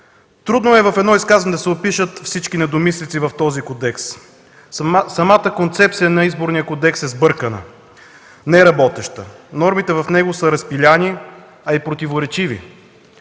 Трудно е в едно изказване да се опишат всички недомислици в този кодекс. Самата концепция на Изборния кодекс е сбъркана, неработеща – нормите в него са разпилени, а и противоречиви.